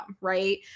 right